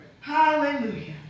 hallelujah